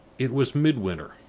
it was midwinter,